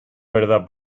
verdad